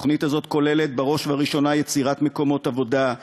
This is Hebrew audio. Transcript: והתוכנית הזאת כוללת בראש ובראשונה יצירת מקומות עבודה,